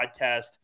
Podcast